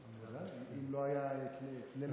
אם לא היה את ליל החניונים,